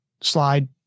slide